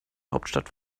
hauptstadt